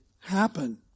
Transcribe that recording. happen